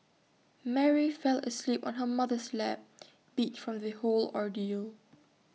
Mary fell asleep on her mother's lap beat from the whole ordeal